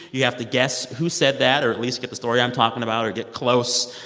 you have to guess who said that or at least get the story i'm talking about or get close.